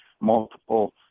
multiple